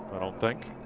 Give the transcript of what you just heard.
i don't think.